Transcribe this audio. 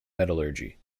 metallurgy